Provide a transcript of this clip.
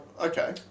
okay